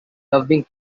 loving